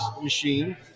machine